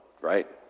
right